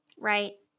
right